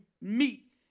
meet